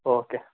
okay